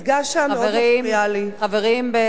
חברים בספסלי הקואליציה.